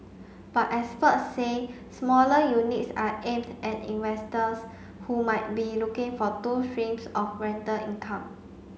but experts say smaller units are aimed at investors who might be looking for two streams of rental income